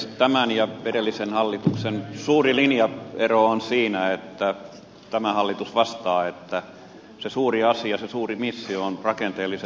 tämän ja edellisen hallituksen suuri linjaero on siinä että tämä hallitus vastaa että se suuri asia se suuri missio on rakenteelliset uudistukset